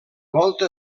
volta